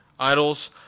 Idols